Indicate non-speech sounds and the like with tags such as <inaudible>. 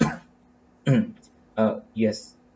<coughs> uh yes